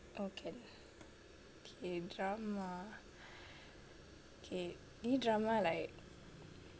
oh can okay drama okay ni drama like